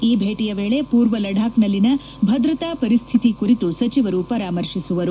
ಈ ಭೇಟಿಯ ವೇಳೆ ಪೂರ್ವ ಲಡಾಖ್ನಲ್ಲಿನ ಭದ್ರತಾ ಪರಿಸ್ಡಿತಿ ಕುರಿತು ಸಚಿವರು ಪರಾಮರ್ಶಿಸುವರು